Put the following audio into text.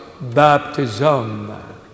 Baptism